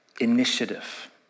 initiative